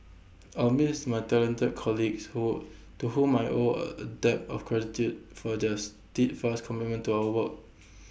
I'll me lease my talented colleagues who to whom I owe A debt of gratitude for their steadfast commitment to our work